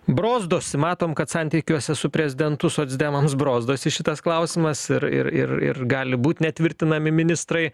brozdosi matom kad santykiuose su prezidentu socdemams brozdosi šitas klausimas ir ir ir ir gali būt netvirtinami ministrai